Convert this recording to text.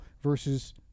versus